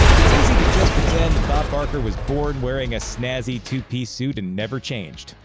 it's easy to just pretend that bob barker was born wearing a snazzy two-piece suit and never changed.